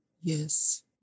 Yes